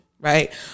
Right